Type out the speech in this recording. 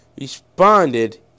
responded